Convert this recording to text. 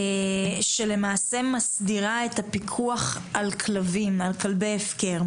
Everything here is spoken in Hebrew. שלמעשה מסדירה את הפיקוח על כלבי הפקר.